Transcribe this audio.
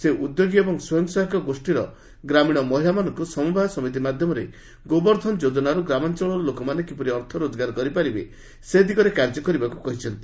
ସେ ଉଦ୍ୟୋଗୀ ଏବଂ ସ୍ୱୟଂ ସହାୟକ ଗୋଷୀର ଗ୍ରାମୀଣ ମହିଳାମାନଙ୍କୁ ସମବାୟ ସମିତି ମାଧ୍ୟମରେ ଗୋବର୍ଦ୍ଧନ ଯୋଜନାରୁ ଗ୍ରାମାଞ୍ଚଳର ଲୋକମାନେ କିପରି ଅର୍ଥ ରୋଜଗାର କରିପାରିବ ସେ ଦିଗରେ କାର୍ଯ୍ୟ କରିବାକୃ କହିଛନ୍ତି